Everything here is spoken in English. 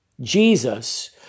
Jesus